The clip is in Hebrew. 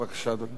אדוני היושב-ראש,